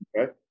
okay